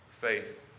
faith